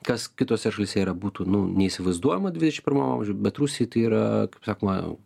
kas kitose šalyse yra būtų nu neįsivaizduojama dvidešimt pirmam amžiuj bet rusijai tai yra kaip sakoma